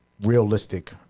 realistic